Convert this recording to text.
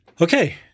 okay